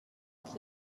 keep